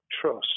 trust